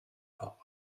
pot